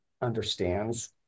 understands